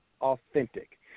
authentic